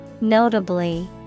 Notably